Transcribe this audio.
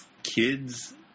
kids